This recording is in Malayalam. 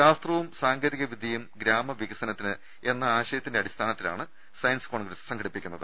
ശാസ്ത്രവും സാങ്കേതിക വിദ്യയും ഗ്രാമ വികസനത്തിന് എന്ന ആശയത്തിന്റെ അടിസ്ഥാനത്തിലാണ് സയൻസ് കോൺഗ്രസ് സംഘടിപ്പിക്കുന്നത്